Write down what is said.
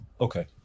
okay